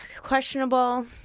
questionable